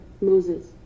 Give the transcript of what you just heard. Moses